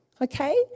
okay